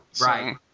Right